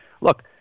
look